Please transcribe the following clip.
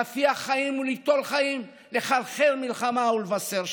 להפיח חיים וליטול חיים, לחרחר מלחמה ולבשר שלום.